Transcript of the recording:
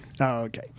Okay